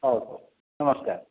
ହଉ ହଉ ନମସ୍କାର